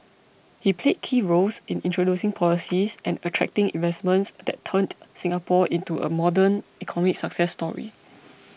he played key roles in introducing policies and attracting investments that turned Singapore into a modern economic success story